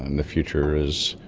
and the future is,